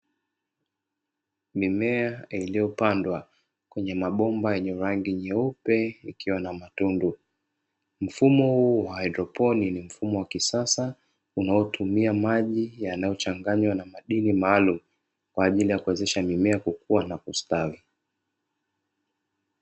Mimea iliyopandwa kwenye mabomba yenye rangi nyeupe yakiwa na matundu. Mfumo huu wa haidroponi ni mfumo wa kisasa unaotumia maji yanayochanganywa na madini maalum kwaajili ya kuwezesha mimea kukua na kustawi.